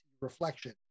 reflection